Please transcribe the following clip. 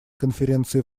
конференции